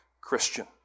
Christian